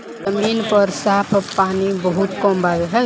जमीन पर साफ पानी बहुत कम बावे